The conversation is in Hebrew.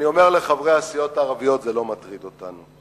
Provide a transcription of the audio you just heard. אני אומר לחברי הסיעות הערביות: זה לא מטריד אותנו.